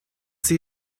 see